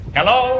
Hello